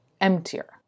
emptier